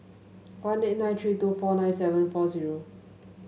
one eight nine three two four nine seven four zero